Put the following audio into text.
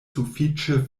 sufiĉe